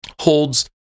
holds